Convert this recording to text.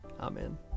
Amen